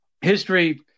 history